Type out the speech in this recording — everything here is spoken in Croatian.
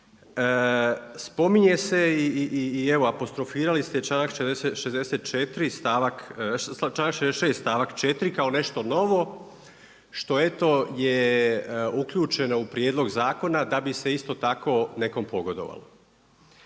Spominje se i evo apostrofirali ste članak 66. stavak 4. kao nešto novo što eto je uključeno u prijedlog zakona da bi se isto tako nekom pogodovalo.